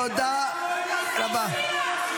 תודה רבה.